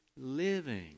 living